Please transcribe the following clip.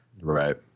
Right